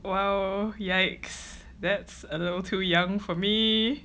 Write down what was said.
!wow! !yikes! that's a little too young for me